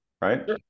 right